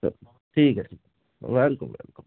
sir ठीक है sir welcome welcome